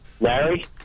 Larry